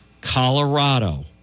Colorado